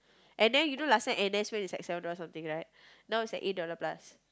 and then you know last time n_s man is like seven dollar something right now is like eight dollar plus